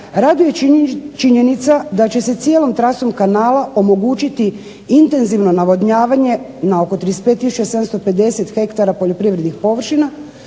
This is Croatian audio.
raduje činjenica da će se cijelom trasom kanala omogućiti intenzivno navodnjavanje na oko 35 tisuća 750 hektara poljoprivrednih površina